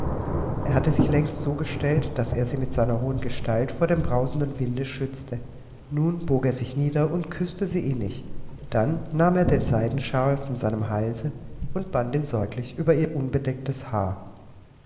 er hatte sich längst so gestellt daß er sie mit seiner hohen gestalt vor dem brausenden winde schützte nun bog er sich nieder und küßte sie innig dann nahm er den seidenshawl von seinem halse und band ihn sorglich über ihr unbedecktes haar